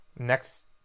next